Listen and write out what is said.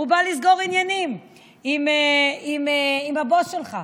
הוא בא לסגור עניינים עם הבוס שלך,